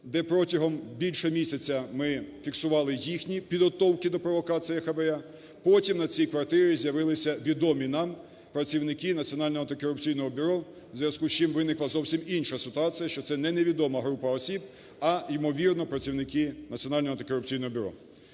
де протягом більше місяця ми фіксували їхні підготовки до провокації хабара. Потім на цій квартирі з'явилися відомі нам працівники Національного антикорупційного бюро, у зв'язку з чим виникла зовсім інша ситуація, що це не невідома група осіб, а імовірно – працівники Національного антикорупційного бюро.